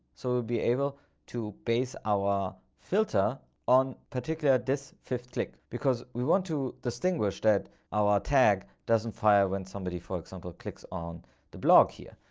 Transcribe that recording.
so we'll be able to base our filter on particular this fifth click because we want to distinguish that our tag doesn't fire when somebody for example, clicks on the blog here.